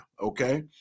Okay